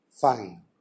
fine